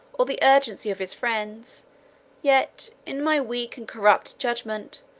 or the urgency of his friends yet, in my weak and corrupt judgment,